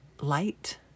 light